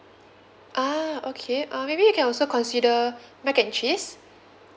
ah okay uh maybe you can also consider mac and cheese